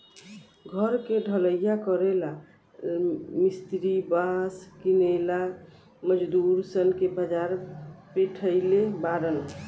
घर के ढलइया करेला ला मिस्त्री बास किनेला मजदूर सन के बाजार पेठइले बारन